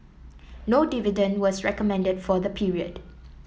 no dividend was recommended for the period